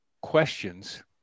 questions